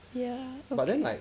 ya